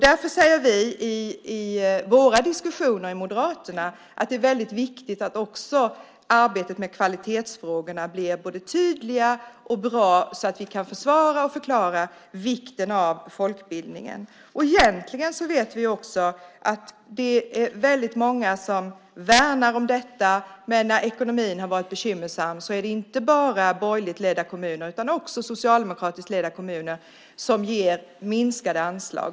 Därför säger vi moderater i våra diskussioner att det är viktigt att arbetet med kvalitetsfrågorna blir både tydligt och bra så att vi kan försvara och förklara vikten av folkbildningen. Vi vet att väldigt många egentligen värnar om detta, men när ekonomin varit bekymmersam har inte endast borgerligt ledda kommuner utan också socialdemokratiskt ledda kommuner gett minskade anslag.